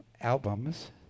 albums